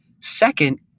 Second